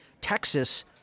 Texas